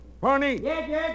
Barney